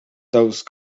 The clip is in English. those